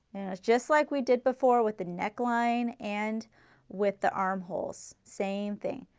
just like we did before with the neckline and with the armholes, same thing.